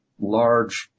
large